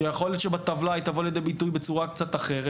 שיכול להיות שבטבלה היא תבוא לידי ביטוי בצורה קצת אחרת,